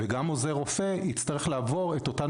וגם עוזר רופא יצטרך לעבור את אותן